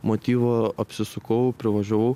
motyvo apsisukau privažiavau